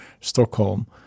Stockholm